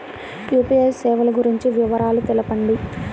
UPI సేవలు గురించి వివరాలు తెలుపండి?